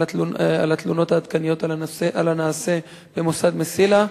על התלונות העדכניות על הנעשה במוסד "מסילה"?